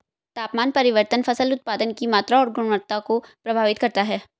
तापमान परिवर्तन फसल उत्पादन की मात्रा और गुणवत्ता को प्रभावित करता है